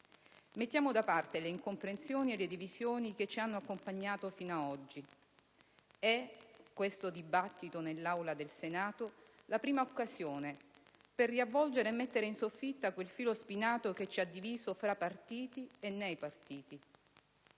Mettiamo da parte le incomprensioni e le divisioni che ci hanno accompagnato sino ad oggi. È, questo dibattito nell'Aula del Senato, la prima occasione per riavvolgere e mettere in soffitta quel filo spinato che ci ha diviso fra partiti e nei partiti.